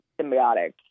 symbiotic